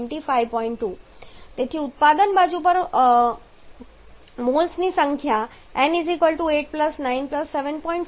2 તેથી ઉત્પાદનોની બાજુ પર હાજર મોલ્સની કુલ સંખ્યા બરાબર છે n 8 9 7